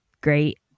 great